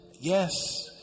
Yes